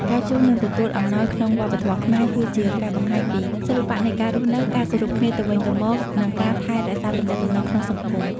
ការជូន និងទទួលអំណោយក្នុងវប្បធម៌ខ្មែរគឺជាការបង្ហាញពី សិល្បៈនៃការរស់នៅ ការគោរពគ្នាទៅវិញទៅមក និងការថែរក្សាទំនាក់ទំនងក្នុងសង្គម។